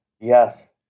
Yes